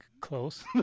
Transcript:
close